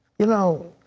you know,